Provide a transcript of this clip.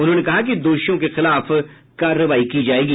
उन्होंने कहा कि दोषियों के खिलाफ कार्रवाई की जायेगी